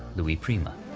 louis prima,